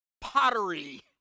pottery